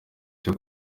cyo